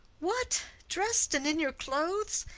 what, dress'd, and in your clothes,